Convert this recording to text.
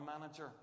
manager